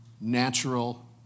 natural